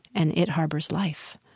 and it harbors life.